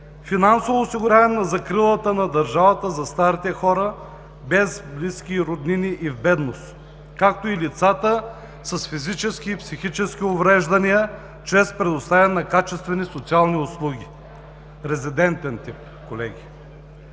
финансово осигуряване на закрилата на държавата за старите хора, без близки и роднини и в бедност, както и лицата с физически и психически увреждания чрез предоставяне на качествени социални услуги – резедентен тип, колеги.